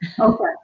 Okay